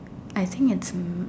I think it's